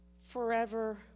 forever